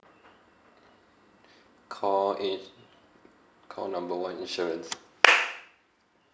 call eight call number one insurance